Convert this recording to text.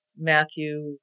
Matthew